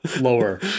lower